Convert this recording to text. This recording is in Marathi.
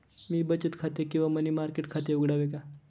मी बचत खाते किंवा मनी मार्केट खाते उघडावे का?